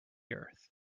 earth